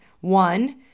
One